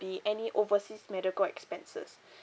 be any overseas medical expenses